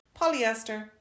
polyester